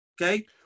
Okay